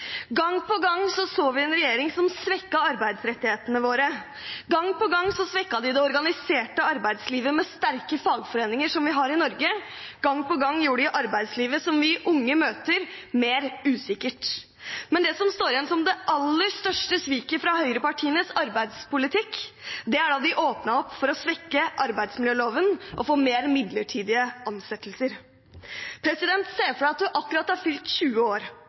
Gang på gang så vi en regjering som svekket arbeidsrettighetene våre. Gang på gang svekket de det organiserte arbeidslivet med sterke fagforeninger vi har i Norge. Gang på gang gjorde de arbeidslivet vi unge møter, mer usikkert. Det som står igjen som det aller største sviket fra høyrepartienes arbeidspolitikk, er da de åpnet for å svekke arbeidsmiljøloven og få flere midlertidige ansettelser. Se for deg at du akkurat har fylt 20 år,